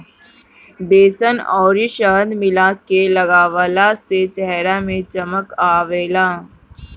बेसन अउरी शहद मिला के लगवला से चेहरा में चमक आवेला